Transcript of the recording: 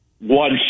one